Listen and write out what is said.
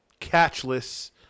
catchless